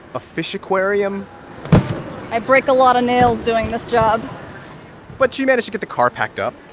a fish aquarium i break a lot of nails doing this job but she managed to get the car packed up.